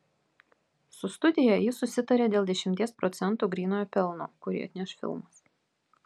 su studija jis susitarė dėl dešimties procentų grynojo pelno kurį atneš filmas